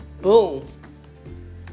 boom